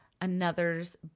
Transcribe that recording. another's